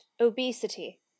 obesity